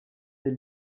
des